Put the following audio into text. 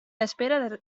espera